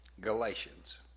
Galatians